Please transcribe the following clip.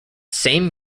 same